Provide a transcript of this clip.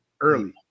early